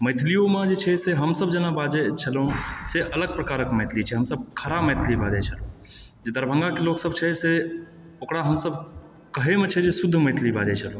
मैथलियोमे जे छै से हम सब जेना बाजै छलहुँ से अलग प्रकारक मैथिली छै हमसब खड़ा मैथिली बाजै छलहुँ जे दरभङ्गाके लोकसब छै से ओकरा हमसब कहैमे छै जे शुद्ध मैथिली बाजै छलहुँ